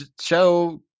show